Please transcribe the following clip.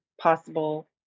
possible